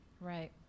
Right